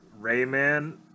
Rayman